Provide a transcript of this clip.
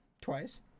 Twice